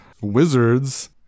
wizards